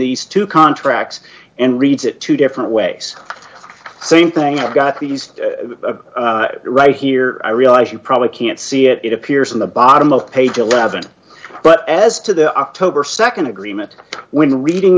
these two contracts and reads it two different ways same thing i've got these right here i realize you probably can't see it it appears in the bottom of page eleven but as to the october nd agreement when reading